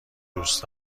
دوست